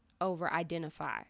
over-identify